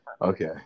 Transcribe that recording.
okay